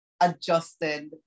adjusted